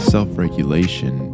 Self-regulation